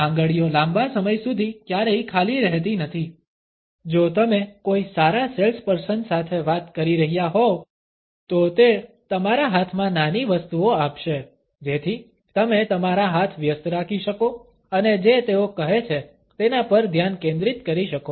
આંગળીઓ લાંબા સમય સુધી ક્યારેય ખાલી રહેતી નથી જો તમે કોઈ સારા સેલ્સપર્સન સાથે વાત કરી રહ્યા હોવ તો તે તમારા હાથમાં નાની વસ્તુઓ આપશે જેથી તમે તમારા હાથ વ્યસ્ત રાખી શકો અને જે તેઓ કહે છે તેના પર ધ્યાન કેન્દ્રિત કરી શકો